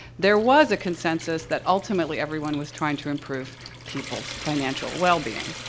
there was a consensus that, ultimately, everyone was trying to improve people's financial wellbeing.